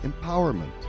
empowerment